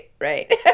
right